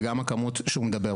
וגם הכמות שהוא מדבר,